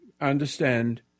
understand